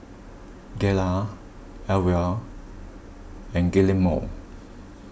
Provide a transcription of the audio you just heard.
Gayla Elvia and Guillermo